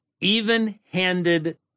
even-handed